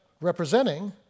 representing